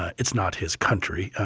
it's not his country.